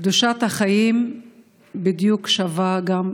קדושת החיים שווה בדיוק